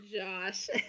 Josh